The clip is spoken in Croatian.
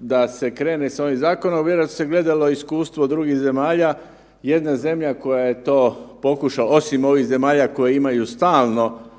da se krene s ovim zakonom, vjerojatno se gledalo iskustvo drugih zemalja, jedna zemlja koja je to pokušala, osim ovih zemalja koje imaju stalno